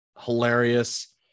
hilarious